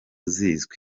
zizwi